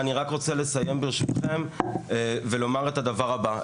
אני רק רוצה לסיים ברשותכם ולומר את הדבר הבא,